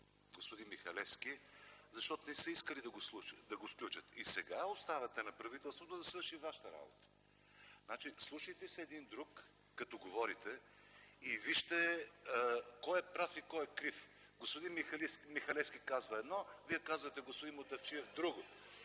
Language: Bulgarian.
господин Михалевски, защото не са искали да го сключат. И сега оставяте на правителството да свърши вашата работа. Слушайте се един друг, като говорите и вижте кой е прав и кой е крив. Господин Михалевски казва едно, а Вие, господин Мутафчиев,